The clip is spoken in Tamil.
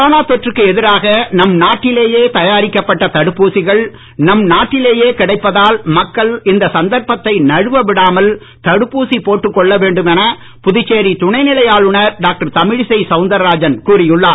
கொரோனா தொற்றுக்கு எதிராக நம் நாட்டிலேயே தயாரிக்கப்பட்ட தடுப்பூசிகள் நம் நாட்டிலேயே கிடைப்பதால் மக்கள் இந்த சந்தர்ப்பத்தை நழுவ விடாமல் தடுப்பூசி போட்டுக் கொள்ள வேண்டும் என புதுச்சேரி துணைநிலை ஆளுநர் டாக்டர் தமிழிசை சவுந்தரராஜன் கூறியுள்ளார்